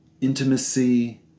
Intimacy